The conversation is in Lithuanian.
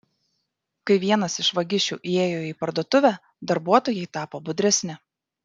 kai vienas iš vagišių įėjo į parduotuvę darbuotojai tapo budresni